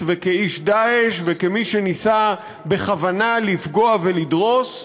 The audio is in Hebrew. וכאיש "דאעש" וכמי שניסה בכוונה לפגוע ולדרוס,